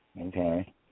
Okay